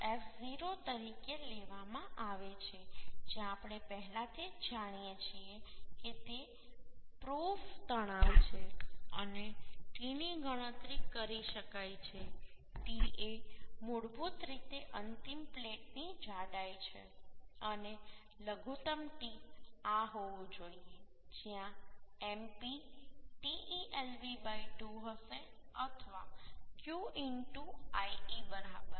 5 f0 તરીકે લેવામાં આવે છે જે આપણે પહેલાથી જ જાણીએ છીએ કે તે પ્રૂફ તણાવ છે અને t ની ગણતરી કરી શકાય છે t એ મૂળભૂત રીતે અંતિમ પ્લેટની જાડાઈ છે અને લઘુત્તમ t આ હોવું જોઈએ જ્યાં Mp Telv 2 હશે અથવા Q le બરાબર